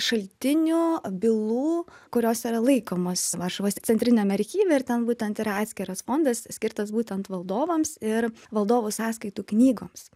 šaltinių bylų kurios yra laikomos varšuvos centriniam archyve ir ten būtent yra atskiras fondas skirtas būtent valdovams ir valdovų sąskaitų knygoms